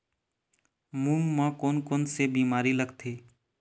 मूंग म कोन कोन से बीमारी लगथे?